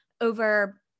over